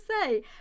say